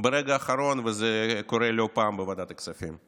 ברגע האחרון, וזה קורה לא פעם בוועדת הכספים.